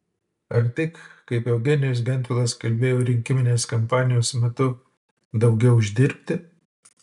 ar tik kaip eugenijus gentvilas kalbėjo rinkiminės kompanijos metu daugiau uždirbti